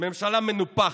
ממשלה מנופחת,